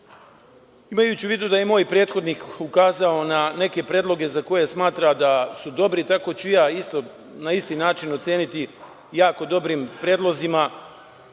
imajući u vidu da je moj prethodnik ukazao na neke predloge za koje smatra da su dobri, tako ću i ja na isti način oceniti jako dobrim predlozima